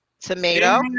Tomato